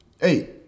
Hey